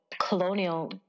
colonial